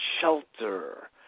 shelter